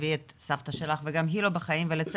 תביאי את סבתא שלך וגם היא לא בחיים ולצערי,